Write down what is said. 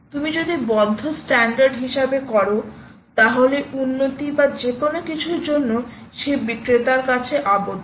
তুমি যদি বদ্ধ স্ট্যান্ডার্ড হিসাবে করো তাহলে উন্নতি বা যে কোনও কিছুর জন্য সেই বিক্রেতার কাছে আবদ্ধ